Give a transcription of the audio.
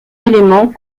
éléments